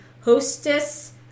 Hostess